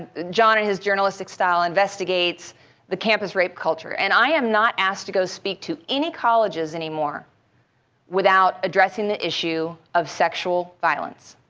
john in his journalistic style investigates the campus rape culture. and i am not asked to go speak to any colleges anymore without addressing the issue of sexual violence.